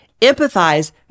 empathize